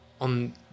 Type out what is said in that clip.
on